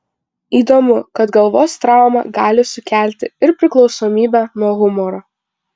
įdomu kad galvos trauma gali sukelti ir priklausomybę nuo humoro